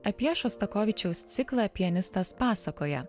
apie šostakovičiaus ciklą pianistas pasakoja